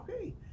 Okay